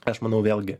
aš manau vėlgi